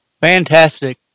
Fantastic